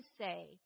say